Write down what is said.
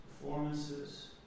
performances